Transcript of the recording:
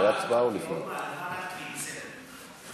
לוועדת הפנים.